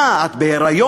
מה, את בהיריון?